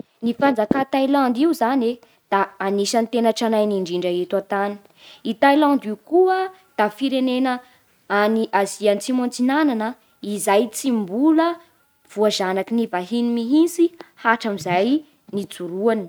Ny fanjakà tailandy io zany e da anisan'ny tena tranainy indrindra eto an-tany. I Tailandy io koa da firenena any Asia atsimo antsinana izay tsy mbola voazanaky ny vahiny mihitsy hatramin'izay nijoroany.